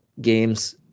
games